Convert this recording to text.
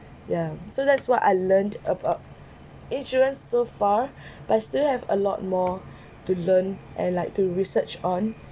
ya so that's what I learnt about insurance so far but still have a lot more to learn and like to research on